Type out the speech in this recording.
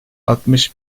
altmış